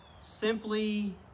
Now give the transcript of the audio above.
simply